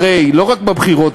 הרי לא רק בבחירות,